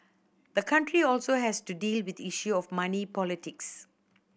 the country also has to deal with the issue of money politics